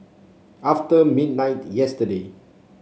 after midnight yesterday